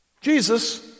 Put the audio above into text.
Jesus